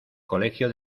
colegio